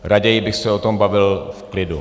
Raději bych se o tom bavil v klidu.